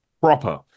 proper